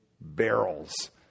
barrels